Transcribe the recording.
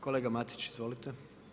Kolega Matić, izvolite.